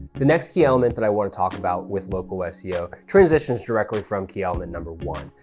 the next key element that i want to talk about with local ah seo, transitions directly from key element number one,